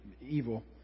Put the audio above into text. evil